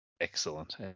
Excellent